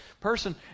person